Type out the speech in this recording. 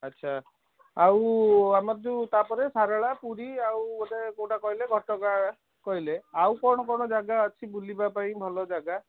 ଆଚ୍ଛା ଆଉ ଆମର ଯେଉଁ ତାପରେ ଶାରଳା ପୁରୀ ଆଉ ଗୋଟେ କେଉଁଟା କହିଲେ ଘଟଗାଁ କହିଲେ ଆଉ କ'ଣ କ'ଣ ଜାଗା ଅଛି ବୁଲିବା ପାଇଁ ଭଲ ଜାଗା